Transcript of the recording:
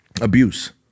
abuse